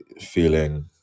feeling